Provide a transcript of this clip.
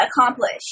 accomplish